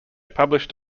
published